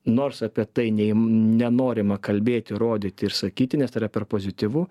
nors apie tai nei nenorima kalbėti rodyti ir sakyti nes tai yra per pozityvu